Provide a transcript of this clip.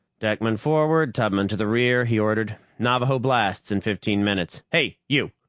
deckmen forward, tubemen to the rear, he ordered. navaho blasts in fifteen minutes. hey, you!